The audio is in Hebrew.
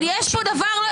אבל יש פה דבר.